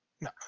No